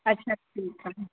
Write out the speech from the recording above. अच्छा ठीकु आहे